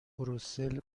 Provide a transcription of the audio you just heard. بروسل